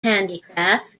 handicraft